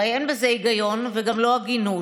הרי אין בזה היגיון ולא הגינות.